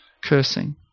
cursing